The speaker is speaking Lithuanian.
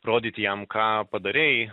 rodyti jam ką padarei